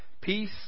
peace